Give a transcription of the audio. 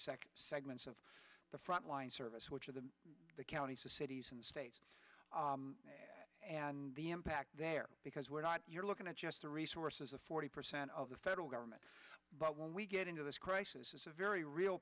second segments of the frontline service which is the the county city in the states and the impact there because we're not you're looking at us the resources of forty percent of the federal government but when we get into this crisis is a very real